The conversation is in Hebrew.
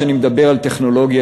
כשאני מדבר על טכנולוגיה,